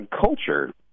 culture